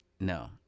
No